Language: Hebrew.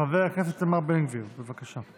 חבר הכנסת איתמר בן גביר, בבקשה.